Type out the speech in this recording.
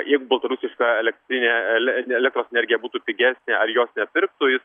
jeigu baltarusiška elektrinė ele elektros energija būtų pigesnė ar jos nepirktų jis